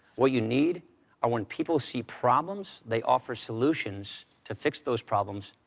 what you need are when people see problems, they offer solutions to fix those problems.